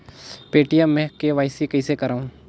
Paytm मे KYC कइसे करव?